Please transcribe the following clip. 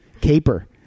Caper